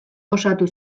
osatu